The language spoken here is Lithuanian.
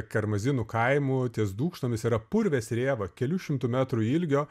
karmazinų kaimu ties dūkštomis yra purvės rėva kelių šimtų metrų ilgio